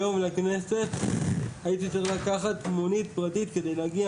היום לכנסת הייתי צריך לקחת מונית פרטית כדי להגיע